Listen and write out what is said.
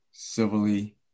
Civilly